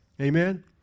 Amen